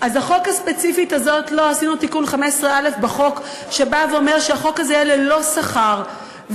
יש אפשרות לאשר שכר.